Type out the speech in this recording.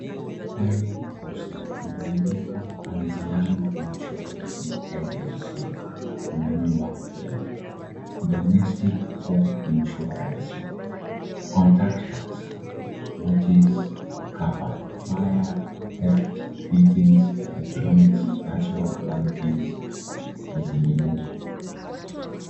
Kwenye hii posta imeandikwa Anziano Insurance Agency, kuna nyumba pale, domestic home insurance, contact us. What is covered, fire, theft, fittings, electronics, natural calamities na zinginezo.